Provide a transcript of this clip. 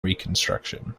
reconstruction